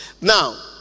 Now